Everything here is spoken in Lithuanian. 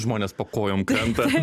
žmonės po kojom krenta